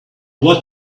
what